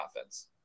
offense